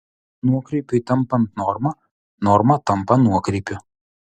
nuokrypiui tampant norma norma tampa nuokrypiu